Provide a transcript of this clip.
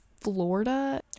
florida